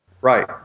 Right